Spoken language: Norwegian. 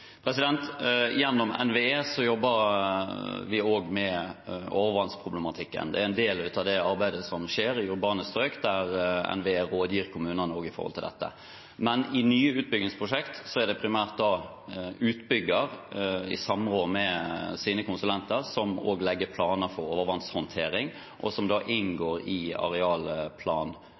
Gjennom NVE jobber vi også med overvannsproblematikken. Det er en del av det arbeidet som skjer i urbane strøk, der NVE rådgir kommunene også når det gjelder dette. Men i nye utbyggingsprosjekter er det primært utbygger, i samråd med sine konsulenter, som legger planer for overvannshåndtering, som da inngår i